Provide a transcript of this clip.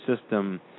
system